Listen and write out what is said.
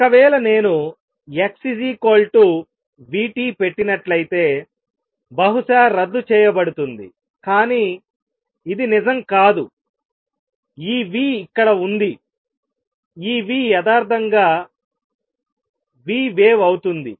ఒకవేళ నేను x v t పెట్టినట్లయితే బహుశా రద్దు చేయబడుతుంది కానీ ఇది నిజం కాదు ఈ v ఇక్కడ ఉందిఈ v యదార్ధంగా vwave అవుతుంది